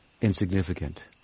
insignificant